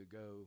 go